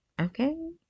Okay